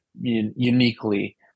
uniquely